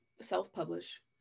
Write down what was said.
self-publish